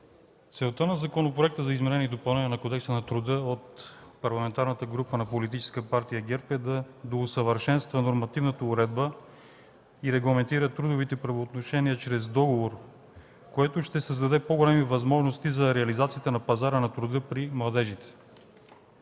Целта на Законопроекта за изменение и допълнение на Кодекса на труда от Парламентарната група на Политическа партия ГЕРБ е да доусъвършенства нормативната уредба и регламентира трудовите правоотношения чрез договор, което ще създаде по-големи възможности за реализацията на пазара на труда при младежите.